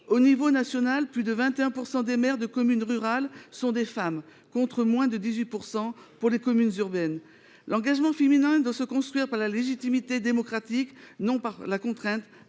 l’échelon national, plus de 21 % des maires de commune rurale sont des femmes, contre moins de 18 % dans les communes urbaines. L’engagement féminin doit se construire par la légitimité démocratique, non par la contrainte